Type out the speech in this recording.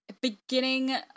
beginning